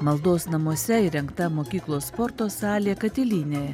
maldos namuose įrengta mokyklos sporto salė katilinė